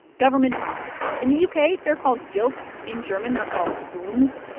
government bonds in the u k, they're called gilts. in german, they're called bunds.